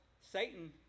Satan